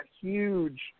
huge